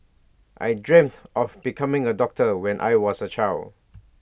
I dreamt of becoming A doctor when I was A child